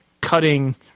cutting